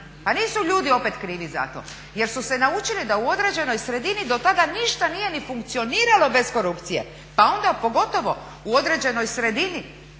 Pa nisu ljudi opet krivi za to jer su se naučili da u određenoj sredini do tada ništa nije ni funkcioniralo bez korupcije, pa onda pogotovo u određenoj sredini